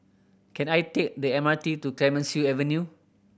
can I take the M R T to Clemenceau Avenue